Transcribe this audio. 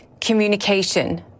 communication